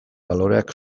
baloreak